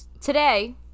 Today